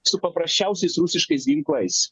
su paprasčiausiais rusiškais ginklais